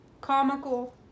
Comical